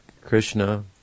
Krishna